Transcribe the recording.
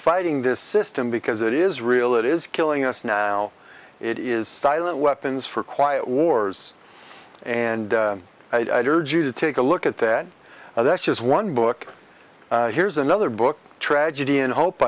fighting this system because it is real it is killing us now it is silent weapons for quiet wars and i've heard you to take a look at that and that's just one book here's another book tragedy and hope